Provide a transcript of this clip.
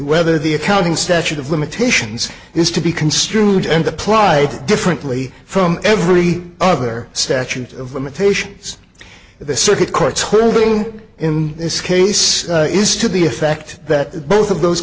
whether the accounting statute of limitations is to be construed and applied differently from every other statute of limitations the circuit court's holding in this case is to the effect that both of those